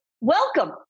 Welcome